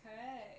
correct